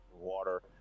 Water